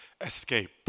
escape